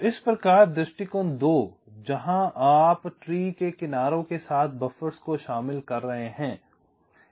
इसलिए दृष्टिकोण 2 जहाँ आप पेड़ के किनारों के साथ बफ़र्स को शामिल कर रहे हैं